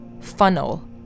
funnel